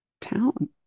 town